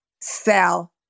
sell